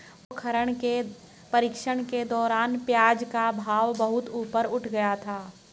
पोखरण के प्रशिक्षण के दौरान प्याज का भाव बहुत ऊपर उठ गया था